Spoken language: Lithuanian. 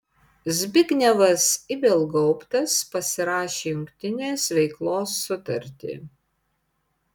zbignevas ibelgauptas pasirašė jungtinės veiklos sutartį